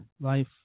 life